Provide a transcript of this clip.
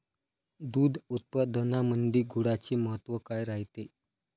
दूध उत्पादनामंदी गुळाचे महत्व काय रायते?